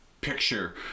picture